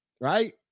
Right